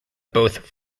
both